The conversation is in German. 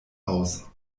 aus